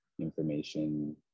information